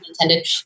Intended